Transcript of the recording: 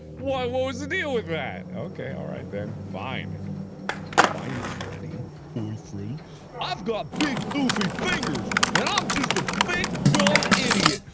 what was the deal with that? ok, alright then. fine fine freddy toy freddy i've got big doofy fingers and i'm just a big dumb idiot!